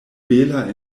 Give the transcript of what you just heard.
bela